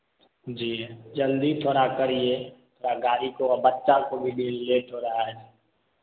जी जल्दी थोड़ा करिए थोड़ा गाड़ी को बच्चा को भी डे लेट हो रहा है